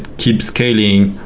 keep scaling